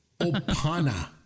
Opana